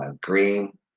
green